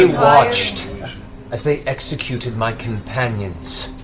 watched as they executed my companions!